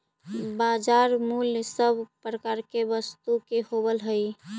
बाजार मूल्य सब प्रकार के वस्तु के होवऽ हइ